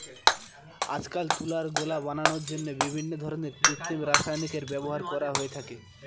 আজকাল তুলার গোলা বানানোর জন্য বিভিন্ন ধরনের কৃত্রিম রাসায়নিকের ব্যবহার করা হয়ে থাকে